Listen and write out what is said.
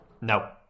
no